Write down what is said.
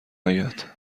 اید